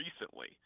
recently